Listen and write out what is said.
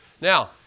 Now